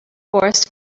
forest